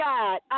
God